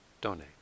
donate